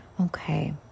Okay